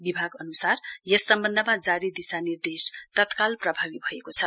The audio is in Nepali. विभाग अनुसार यससम्वन्धमा जारी दिशानिर्देश तत्काल प्रभावी भएको छ